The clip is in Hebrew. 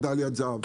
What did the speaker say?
מדליית זהב,